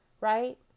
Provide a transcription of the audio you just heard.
right